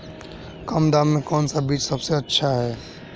कम दाम में कौन सा बीज सबसे अच्छा है?